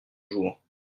jours